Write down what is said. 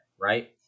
right